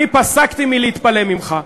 אני פסקתי להתפלא ממך.